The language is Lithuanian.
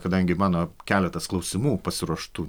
kadangi mano keletas klausimų pasiruoštų